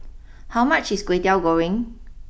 how much is Kway Teow Goreng